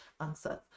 answers